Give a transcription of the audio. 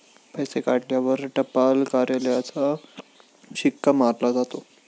पैसे काढल्यावर टपाल कार्यालयाचा शिक्का मारला जातो